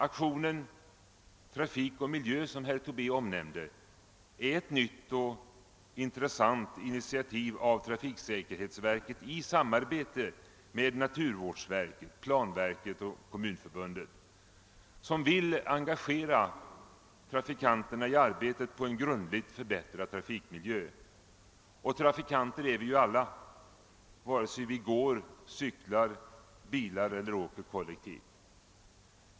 Aktionen »Trafik och miljö», som herr Tobé omnämnde, är ett nytt och intressant initiativ av trafiksäkerhetsverket som i samarbete med naturvårdsverket, planverket och Kommunförbundet vill engagera trafikanterna i arbetet på en grundligt förbättrad trafikmiljö. Och trafikanter är vi alla, vare sig vi går, cyklar, bilar eller åker kollektivt.